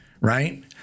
right